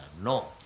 No